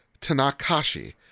tanakashi